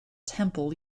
temple